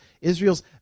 Israel's